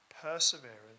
perseverance